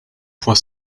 point